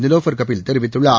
நிலோஃபர் கபில் தெரிவித்துள்ளார்